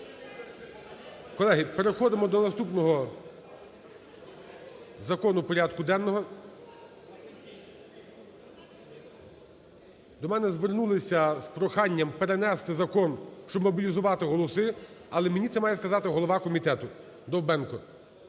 Колеги, переходимо до наступного закону порядку денного. До мене звернулися з проханням перенести закон, щоб мобілізувати голоси, але мені це має сказати голова комітету Довбенко.